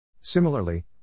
Similarly